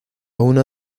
una